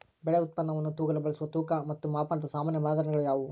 ಬೆಳೆ ಉತ್ಪನ್ನವನ್ನು ತೂಗಲು ಬಳಸುವ ತೂಕ ಮತ್ತು ಮಾಪನದ ಸಾಮಾನ್ಯ ಮಾನದಂಡಗಳು ಯಾವುವು?